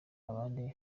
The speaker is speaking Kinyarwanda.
abandi